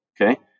Okay